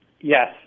Yes